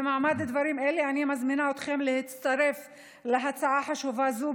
במעמד דברים אלה אני מזמינה אתכם להצטרף להצעה חשובה זו,